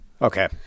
Okay